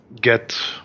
get